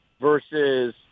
versus